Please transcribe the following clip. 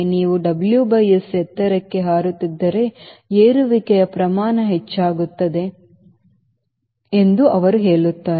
ನೀವು WS ಎತ್ತರಕ್ಕೆ ಹಾರುತ್ತಿದ್ದರೆ ಏರುವಿಕೆಯ ಪ್ರಮಾಣ ಹೆಚ್ಚಾಗುತ್ತದೆ ಎಂದು ಅವರು ಹೇಳುತ್ತಾರೆ